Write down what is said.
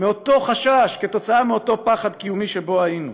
מאותו חשש, כתוצאה מאותו פחד קיומי שבו היינו.